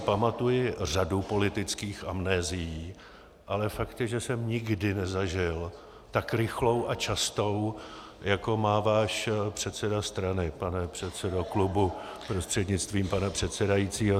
Pamatuji si řadu politických amnézií, ale fakt je, že jsem nikdy nezažil tak rychlou a častou, jako má váš předseda strany, pane předsedo klubu prostřednictvím pana předsedajícího.